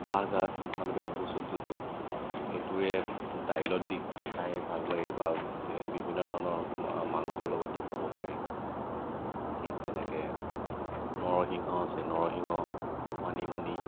বাঁহগাজ মানে bamboo shoot যিটো সেইটোৰে ডাইলত দি খায় ভালো লাগে বা বিভিন্ন ধৰণৰ মাংসৰ লগত দি খাব পাৰি ঠিক তেনেকৈ নৰসিংহ আছে নৰসিংহ মানিমুনি